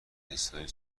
اسرائیل